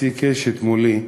חצי קשת, מולי,